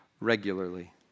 regularly